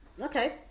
okay